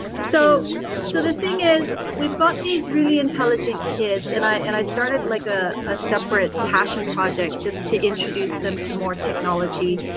so so the thing is we've got these really intelligent kids and i and i started like ah a separate passion project just to introduce them to more technology,